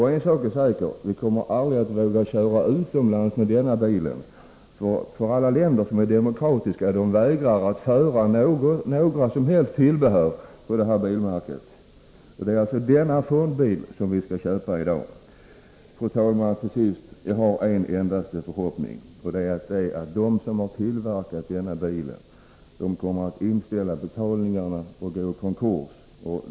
Dessutom kommer vi aldrig att våga köra utomlands med denna bil, för alla länder som är demokratiska vägrar att föra några som helst tillbehör till det här bilmärket. Det är alltså denna ”fondbil” som vi skall köpa i dag. Fru talman! Till sist har jag en enda förhoppning, och det är att de som har tillverkat denna bil kommer att inställa betalningarna och gå i konkurs.